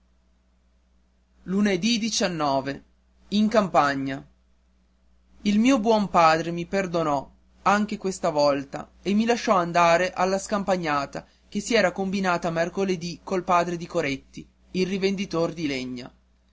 e ti benedica in campagna ì l mio buon padre mi perdonò anche questa volta e mi lasciò andare alla scampagnata che si era combinata mercoledì col padre di coretti il rivenditor di legna